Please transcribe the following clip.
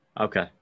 Okay